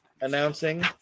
announcing